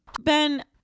Ben